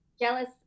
jealous